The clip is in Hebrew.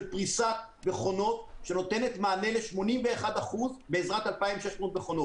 פריסת מכונות שנותנת מענה ל-81% בעזרת 2,600 מכונות.